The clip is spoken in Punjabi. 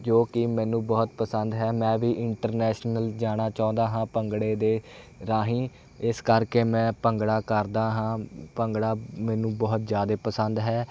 ਜੋ ਕਿ ਮੈਨੂੰ ਬਹੁਤ ਪਸੰਦ ਹੈ ਮੈਂ ਵੀ ਇੰਟਰਨੈਸ਼ਨਲ ਜਾਣਾ ਚਾਹੁੰਦਾ ਹਾਂ ਭੰਗੜੇ ਦੇ ਰਾਹੀਂ ਇਸ ਕਰਕੇ ਮੈਂ ਭੰਗੜਾ ਕਰਦਾ ਹਾਂ ਭੰਗੜਾ ਮੈਨੂੰ ਬਹੁਤ ਜ਼ਿਆਦੇ ਪਸੰਦ ਹੈ